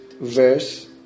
verse